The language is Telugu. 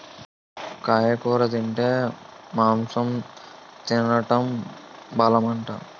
వంకాయ కూర తింటే మాంసం తినేటంత బలమట